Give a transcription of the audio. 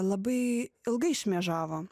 labai ilgai šmėžavo